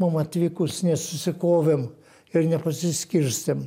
mum atvykus nesusikovėm ir nepasiskirstėm